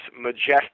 majestic